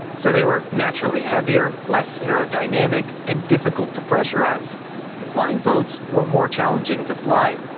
so they were naturally heavier, less aerodynamic, and difficult to pressurize. and flying boats were more challenging to fly,